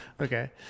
Okay